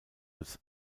als